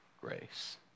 grace